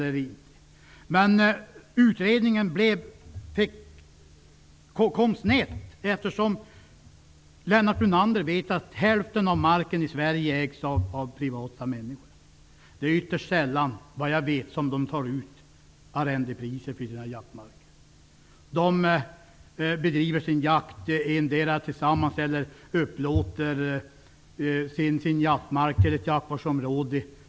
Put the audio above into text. Men denna utredning hamnade snett. Lennart Brunander vet att hälften av marken i Sverige ägs av privatpersoner. Det är ytterst sällan som dessa tar ut arrendepriser för sina jaktmarker. Man bedriver sin jakt endera tillsammans med andra markägare eller också upplåter man sin jaktmark till ett jaktvårdsområde.